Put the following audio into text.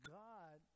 god